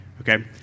Okay